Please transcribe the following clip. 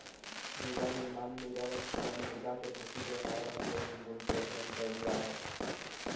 मृदानिर्माण, मृदा वर्गीकरण, मृदा के भौतिक, रसायनिक आर जैविक गुण के अध्ययन करल जा हई